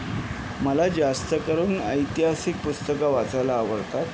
मला जास्त करून ऐतिहासिक पुस्तकं वाचायला आवडतात